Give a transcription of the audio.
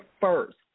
first